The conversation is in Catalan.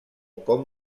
com